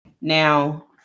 Now